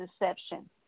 deception